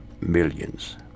millions